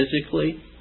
physically